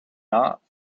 not